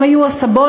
הם היו הסבונים,